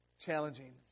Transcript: challenging